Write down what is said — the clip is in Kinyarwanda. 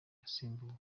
yasimbuwe